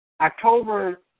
October